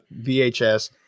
VHS